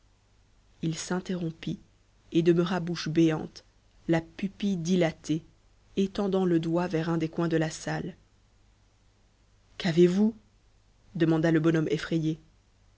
il s'interrompit et demeura bouche béante la pupille dilatée étendant le doigt vers un des coins de la salle qu'avez-vous demanda le bonhomme effrayé